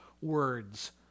words